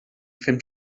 fem